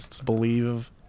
believe